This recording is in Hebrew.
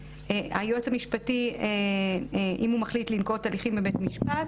היועץ המשפטי אם הוא מחליט לנקוט הליכים בבית משפט,